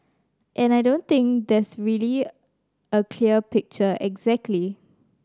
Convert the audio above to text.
and I don't think there's a really clear picture exactly